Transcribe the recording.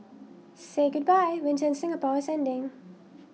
say goodbye winter in Singapore is ending